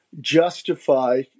justify